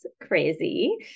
crazy